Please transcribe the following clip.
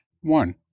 One